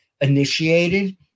initiated